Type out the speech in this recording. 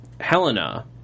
Helena